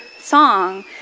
song